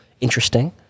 interesting